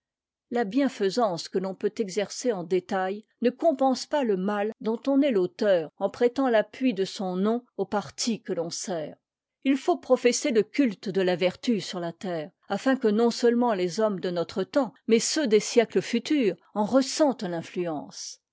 la bienfaisance que l'on peut exercer en détail ne compense pas le mal dont on est l'auteur en prêtant l'appui de son nom au parti que l'on sert il faut professer le culte de la vertu sur la terre afin que non-seulement les hommes de notre temps mais ceux des siècles futurs en ressentent l'influence